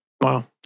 Wow